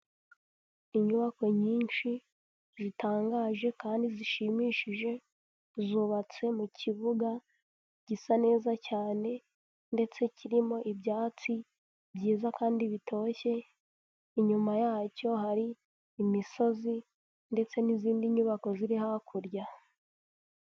Inyubako nyinshi zitangaje kandi zishimishije zubatse mu kibuga gisa neza cyane ndetse kirimo ibyatsi byiza kandi bitoshye inyuma yacyo hari imisozi ndetse n'izindi nyubako ziri hakurya.